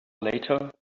later